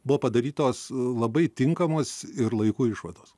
buvo padarytos labai tinkamos ir laiku išvados